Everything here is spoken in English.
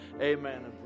amen